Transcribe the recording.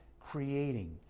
creating